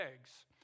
eggs